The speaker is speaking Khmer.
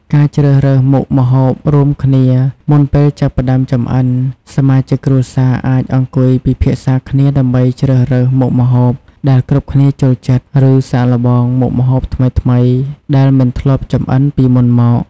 ការជ្រើសរើសមុខម្ហូបរួមគ្នា មុនពេលចាប់ផ្តើមចម្អិន សមាជិកគ្រួសារអាចអង្គុយពិភាក្សាគ្នាដើម្បីជ្រើសរើសមុខម្ហូបដែលគ្រប់គ្នាចូលចិត្ត ឬសាកល្បងមុខម្ហូបថ្មីៗដែលមិនធ្លាប់ចម្អិនពីមុនមក ។